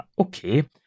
okay